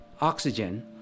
oxygen